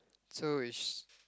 so is